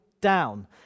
down